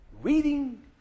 Reading